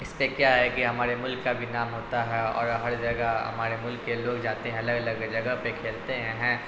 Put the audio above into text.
اس پہ کیا ہے کہ ہمارے ملک کا بھی نام ہوتا ہے اور ہر جگہ ہمارے ملک کے لوگ جاتے ہیں الگ الگ جگہ پہ کھیلتے ہیں